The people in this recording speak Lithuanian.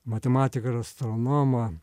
matematiką ir astronomą